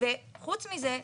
וחוץ מזה,